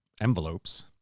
envelopes